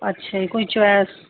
ਅੱਛਾ ਜੀ ਕੋਈ ਚੁਐਸ